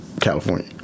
California